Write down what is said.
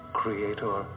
creator